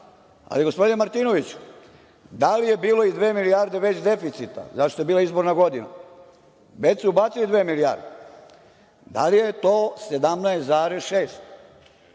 Ali, gospodine Martinoviću, da li je bilo i dve milijarde već deficita, zato što je bila izborna godina, već su ubacili dve milijarde? Da li je to 17,6?